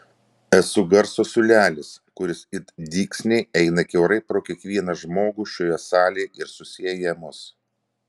esu garso siūlelis kuris it dygsniai eina kiaurai pro kiekvieną žmogų šioje salėje ir susieja mus